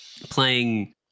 playing